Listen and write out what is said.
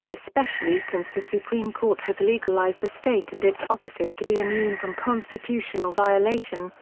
especially since the supreme court has legalized the state and its offices to be immune from constitutional violation,